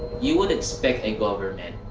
you would expect a government